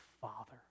father